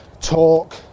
talk